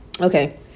okay